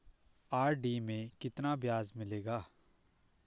RD में कितना ब्याज मिलेगा?